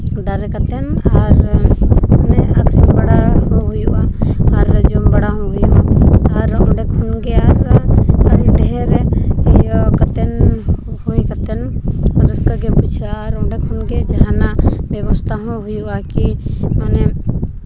ᱫᱟᱨᱮ ᱠᱟᱛᱮᱫ ᱟᱨ ᱟᱹᱠᱷᱨᱤᱧ ᱵᱟᱲᱟ ᱠᱚ ᱦᱩᱭᱩᱜᱼᱟ ᱟᱨ ᱡᱚᱢ ᱵᱟᱲᱟ ᱦᱚᱸ ᱦᱩᱭᱩᱜᱼᱟ ᱟᱨ ᱚᱸᱰᱮ ᱠᱷᱚᱱ ᱜᱮ ᱟᱨ ᱟᱹᱰᱤ ᱰᱷᱮᱨ ᱜᱮ ᱤᱭᱟᱹ ᱠᱟᱛᱮᱫ ᱦᱩᱭ ᱠᱟᱛᱮᱫ ᱨᱟᱹᱥᱠᱟᱹ ᱜᱮ ᱵᱩᱡᱷᱟᱹᱜᱼᱟ ᱚᱸᱰᱮ ᱠᱷᱚᱱ ᱜᱮ ᱡᱟᱦᱟᱱᱟᱜ ᱵᱮᱵᱚᱥᱛᱷᱟ ᱦᱚᱸ ᱦᱩᱭᱩᱜᱼᱟ ᱠᱤ ᱢᱟᱱᱮ